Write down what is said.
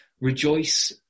rejoice